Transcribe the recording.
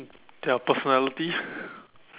their personalities